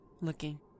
looking